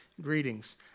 greetings